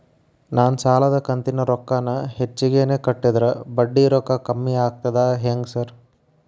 ನಾನ್ ಸಾಲದ ಕಂತಿನ ರೊಕ್ಕಾನ ಹೆಚ್ಚಿಗೆನೇ ಕಟ್ಟಿದ್ರ ಬಡ್ಡಿ ರೊಕ್ಕಾ ಕಮ್ಮಿ ಆಗ್ತದಾ ಹೆಂಗ್ ಸಾರ್?